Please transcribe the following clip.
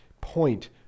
point